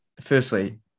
firstly